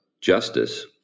justice